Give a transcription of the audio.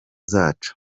zacu